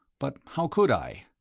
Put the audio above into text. but how could i?